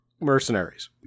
mercenaries